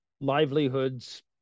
livelihoods